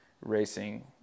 racing